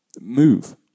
move